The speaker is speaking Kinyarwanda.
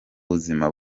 buzima